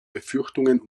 befürchtungen